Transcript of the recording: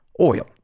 oil